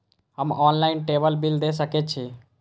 हम ऑनलाईनटेबल बील दे सके छी?